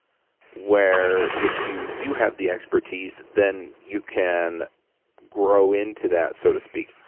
where if you do have the expertise, then you can grow into that, so to speak.